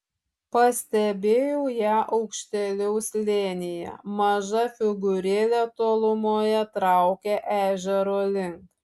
pastebėjau ją aukštėliau slėnyje maža figūrėlė tolumoje traukė ežero link